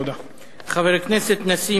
תודה רבה.